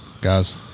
guys